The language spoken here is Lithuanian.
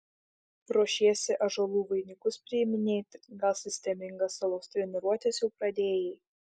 ruošiesi ąžuolų vainikus priiminėti gal sistemingas alaus treniruotes jau pradėjai